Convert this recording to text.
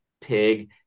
pig